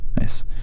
Nice